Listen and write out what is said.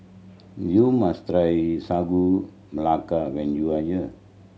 you must try Sagu Melaka when you are here